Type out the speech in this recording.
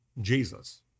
jesus